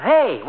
Hey